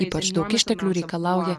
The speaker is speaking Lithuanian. ypač daug išteklių reikalauja